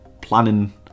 planning